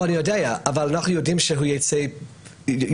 אני יודע, אבל אנחנו יודעים שיצאו חיובי.